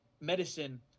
medicine